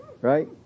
Right